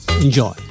Enjoy